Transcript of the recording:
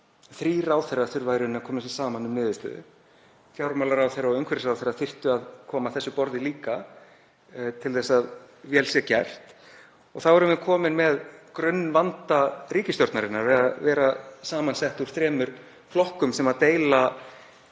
fjármálaráðherra og umhverfisráðherra þyrftu að koma að þessu borði líka til þess að vel sé gert. Þá erum við komin að grunnvanda ríkisstjórnarinnar, að vera samansett úr þremur flokkum sem deila